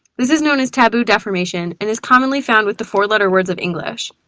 this is known as taboo deformation and is commonly found with the four-letter words of english.